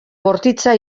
bortitza